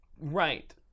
Right